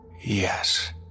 Yes